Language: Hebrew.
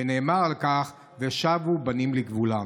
ונאמר על כך "ושבו בנים לגבולם".